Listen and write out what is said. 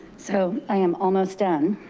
so i am almost done.